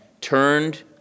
turned